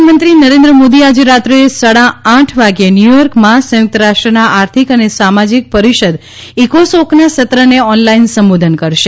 પ્રધાનમંત્રી નરેન્દ્ર મોદીઆજે રાત્રે સાડા આઠ વાગે ન્યુ યોર્કમાં સંયુક્તરાષ્ટ્રના આર્થિક અને સામાજિક પરિષદ ઈકોસોકના સત્રને ઓનલાઇન સંબોધન કરશે